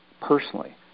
personally